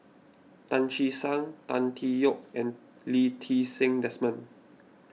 Tan Che Sang Tan Tee Yoke and Lee Ti Seng Desmond